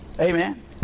Amen